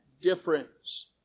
Difference